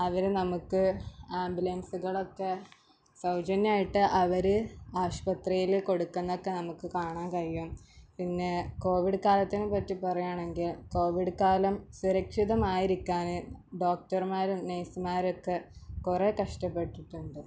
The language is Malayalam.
അവര് നമുക്ക് ആമ്പുലൻസുകളൊക്കെ സൗജന്യമായിട്ട് അവര് ആശുപത്രിയിൽ കൊടുക്കുന്നതൊക്കെ നമക്ക് കാണാനും കഴിയും പിന്നെ കോവിഡ് കാലത്തിനെ പറ്റി പറയുകയാണെങ്കിൽ കോവിഡ് കാലം സുരക്ഷിതമായിരിക്കാന് ഡോക്ടറ്മാരും നേഴ്സ്സ്മാരുമൊക്കെ കുറെ കഷ്ടപ്പെട്ടിട്ടുണ്ട്